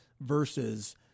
versus